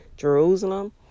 Jerusalem